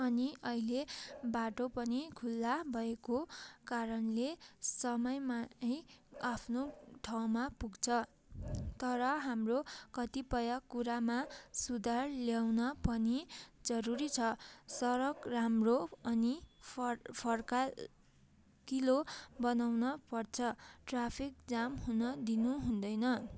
अनि अहिले बाटो पनि खुला भएको कारणले समयमा नै आफ्नो ठाउँमा पुग्छ तर हाम्रो कतिपय कुरामा सुधार ल्याउन पनि जरुरी छ सडक राम्रो अनि फर फरका किलो बनाउन पर्छ ट्राफिक जाम हुन दिनुहुँदैन